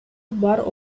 бар